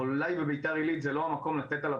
אבל אולי ביתר עילית זה לא המקום לתת עליו